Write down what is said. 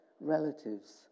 relatives